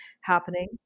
happening